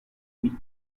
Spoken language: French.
lui